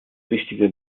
wichtige